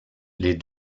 les